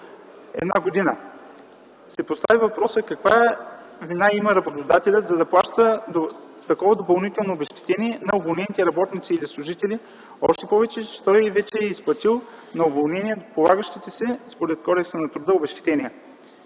година стига, се поставя въпросът каква вина има работодателят, за да плаща такова допълнително обезщетение на уволнените работници и служители, още повече че той вече е изплатил на уволнения полагащите се според Кодекса на труда обезщетения.